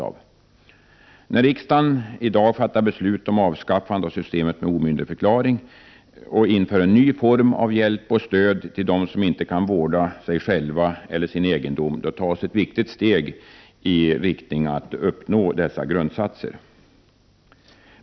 Genom att riksdagen i dag skall fatta ett beslut om avskaffande av systemet med omyndigförklaring och införa en ny form av hjälp och stöd till dem som inte kan vårda sig själva eller sin egendom tas ett viktigt steg i riktning mot att uppnå denna grundsats.